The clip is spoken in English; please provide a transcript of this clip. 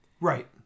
right